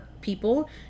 people